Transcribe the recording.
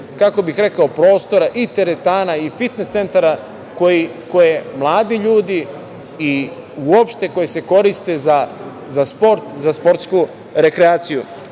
kako bih rekao, prostora i teretana i fitnes centara koje mladi ljudi koriste za sport, za sportsku rekreaciju. Čini